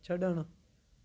छॾणु